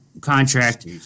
contract